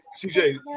CJ